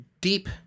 deep